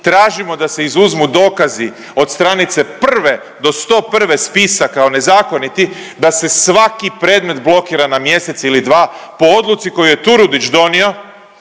tražimo da se izuzmu dokazi od stranice 1.-101. spisa kao nezakoniti, da se svaki predmet blokira na mjesec ili dva po odluci koju je Turudić donio,